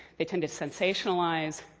they tend to sensationalize,